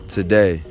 Today